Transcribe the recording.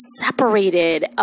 separated